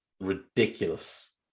ridiculous